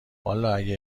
والا، اگه